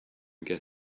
get